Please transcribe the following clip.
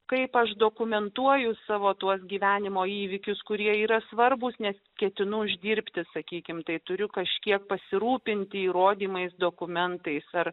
kaip aš dokumentuoju savo tuos gyvenimo įvykius kurie yra svarbūs nes ketinu uždirbti sakykime tai turiu kažkiek pasirūpinti įrodymais dokumentais ar